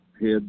head